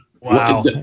Wow